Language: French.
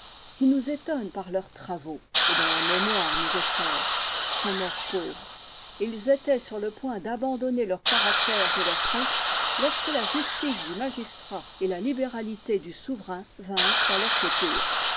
qui nous étonnent par leurs travaux et dont la mémoire nous est chère sont morts pauvres et ils étaient sur le point d'abandonner leurs caractères et leurs presses lorsque la justice du magistrat et la libéralité du souverain vinrent à leur secours